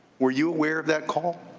were you aware of that call?